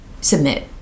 submit